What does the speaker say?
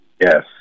yes